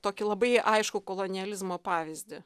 tokį labai aiškų kolonializmo pavyzdį